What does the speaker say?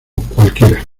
cualquiera